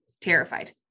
terrified